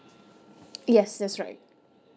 yes that's right